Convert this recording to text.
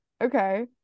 okay